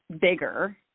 bigger